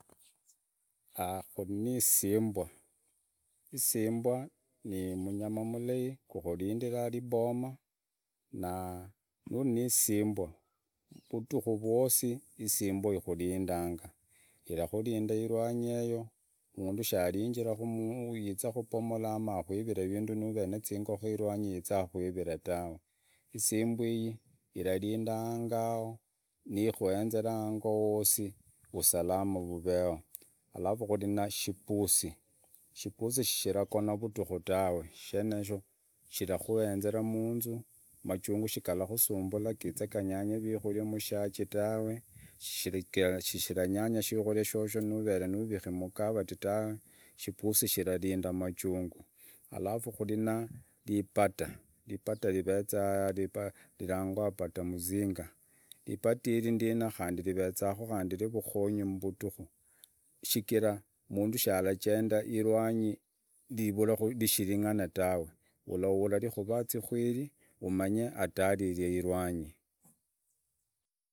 kuri ni isimbwa, ni munyama malei kukurindiraa viboma na nuri ni isimbwa vuduku vwosi isimbwa ikurindanga, irakurında irwanyieo, mundu shanyara yiize kupomolanya anoo akuirire vindu, nuri na zingokoo irwanyi yeyo tuwe, isimbwa ii irarinda ango hao nikuenera ango oo usalama ureo, alafu kuri na shipusi, shipusi shiragona vuduku tawe shenesho, shirakuenzera munzu, machungu shigalakusumbura mushaji gizee ganyangevikuria mushaji tawe, shiranyango shikulia shosho nurere uriki mukavah tawe, shipusi shirarında majungu alafu kurina ribata, ribata riveza nirangwa bata mzinga ribata iri ndina riveza rya vukonyi mbunduku shichira mundu sharajenda irwangi rishiring'ane tawe uraula rikuvaa zikwiri umange hatari iri irwanyi.